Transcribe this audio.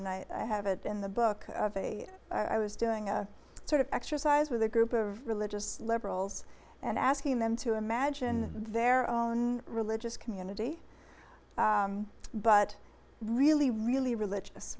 and i have it in the book i was doing a sort of exercise with a group of religious liberals and asking them to imagine their own religious community but really really religious